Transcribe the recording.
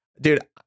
dude